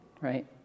Right